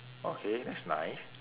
okay that's nice